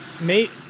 mate